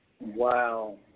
Wow